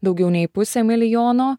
daugiau nei pusę milijono